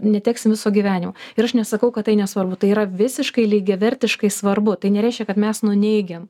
neteksi viso gyvenimo ir aš nesakau kad tai nesvarbu tai yra visiškai lygiavertiškai svarbu tai nereiškia kad mes nu neigiam